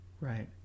right